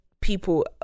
people